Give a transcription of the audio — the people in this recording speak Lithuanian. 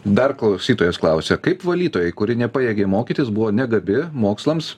dar klausytojas klausia kaip valytojai kuri nepajėgė mokytis buvo negabi mokslams